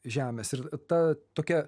žemės ir ta tokia